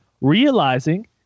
realizing